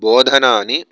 बोधनानि